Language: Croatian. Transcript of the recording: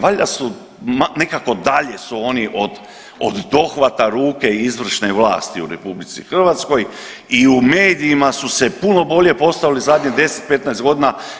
Valjda su nekako dalje su oni od dohvata ruke izvršene vlasti u RH i u medijima su se puno bolje postavili u zadnjih 10, 15 godina.